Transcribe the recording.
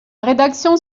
rédaction